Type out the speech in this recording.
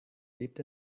lebt